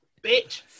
bitch